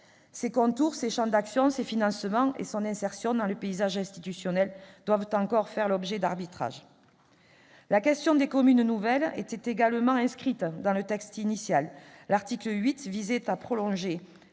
Ses contours, ses champs d'action, ses financements et son insertion dans le paysage institutionnel doivent encore faire l'objet d'arbitrages. La question des communes nouvelles était également inscrite dans le texte initial. L'article 8 visait à prolonger,